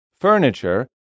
furniture